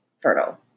fertile